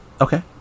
Okay